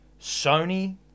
Sony